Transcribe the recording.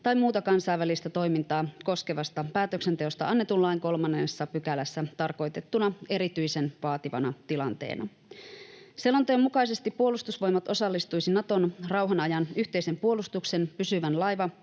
tai muuta kansainvälistä toimintaa koskevasta päätöksenteosta annetun lain 3 §:ssä tarkoitettuna erityisen vaativana tilanteena. Selonteon mukaisesti Puolustusvoimat osallistuisi Naton rauhan ajan yhteisen puolustuksen pysyvän